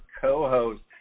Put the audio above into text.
co-host